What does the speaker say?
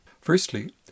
Firstly